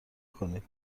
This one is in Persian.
کنید